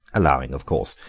allowing, of course,